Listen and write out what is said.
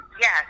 Yes